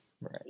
Right